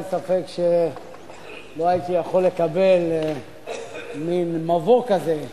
אין ספק שלו הייתי יכול לקבל מין מבוא כזה,